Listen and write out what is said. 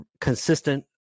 consistent